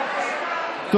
בושה.